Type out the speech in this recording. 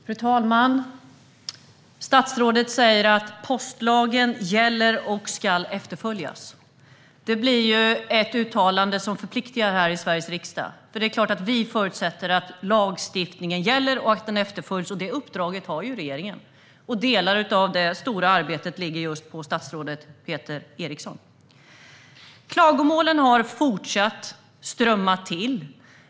Fru talman! Statsrådet säger att postlagen gäller och ska efterföljas. Det blir ett uttalande som förpliktar i Sveriges riksdag. Det är klart att vi förutsätter att lagstiftningen gäller och att den efterföljs. Det uppdraget har regeringen. Delar av det stora arbetet ligger just på statsrådet Peter Eriksson. Klagomålen har fortsatt att strömma till.